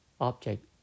object